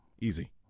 Easy